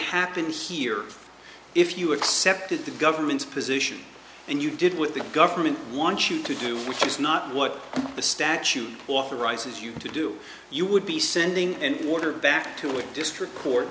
happen here if you accepted the government's position and you did with the government want you to do which is not what the statute authorizes you to do you would be sending and quarterback to a district court